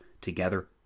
together